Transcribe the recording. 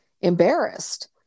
embarrassed